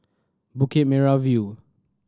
Bukit Merah View